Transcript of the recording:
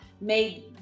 made